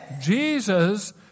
Jesus